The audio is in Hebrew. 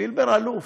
פילבר אלוף,